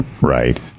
Right